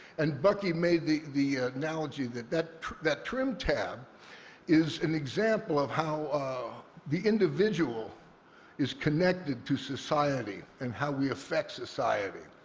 and bucky made the the analogy that that that trim tab is an example of how the individual is connected to society and how we affect society.